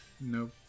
Nope